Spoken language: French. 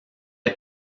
est